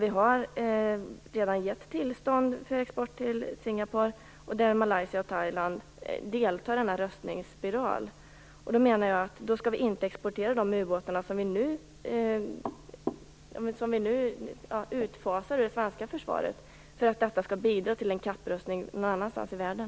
Vi har redan givit tillstånd för export till Singapore, och där deltar Malaysia och Thailand i en rustningsspiral. Jag menar att vi inte skall exportera de ubåtar som vi nu mönstrar ut ur det svenska försvaret för att de skall bidra till en kapprustning någon annanstans i världen.